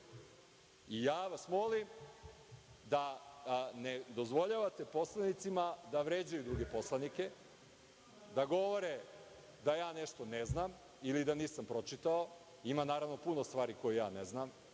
vas da ne dozvoljavate poslanicima da vređaju druge poslanike, da govore da ja nešto ne znam ili da nisam pročitao. Ima puno stvar koje ja ne znam.